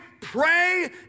pray